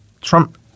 Trump –